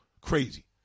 crazy